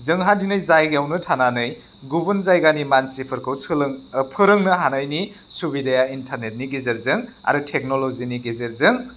जोंहा दिनै जायगायावनो थानानै गुबुन जायगानि मानसिफोरखौ सोलों फोरोंनो हानायनि सुबिदाया इन्टारनेटनि गेजेरजों आरो टेक्न'ल'जिनि गेजेरजों